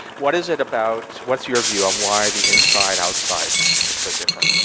what is it about. what's your view on why the inside-outside is so different?